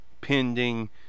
pending